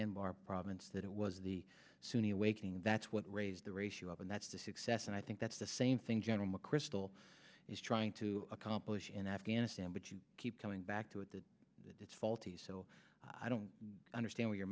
anbar province that it was the sunni awakening that's what raised the ratio of and that's to success and i think that's the same thing general mcchrystal is trying to accomplish in afghanistan but you keep coming back to it that it's faulty so i don't understand